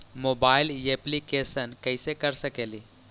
Mobile application कैसे कर सकेली?